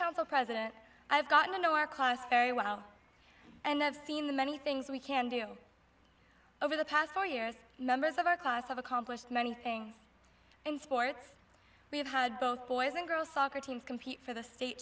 council president i've gotten to know our class well and have seen the many things we can do over the past four years members of our class have accomplished many things in sports we have had both boys and girls soccer teams compete for the state